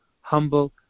humble